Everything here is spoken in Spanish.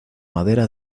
madera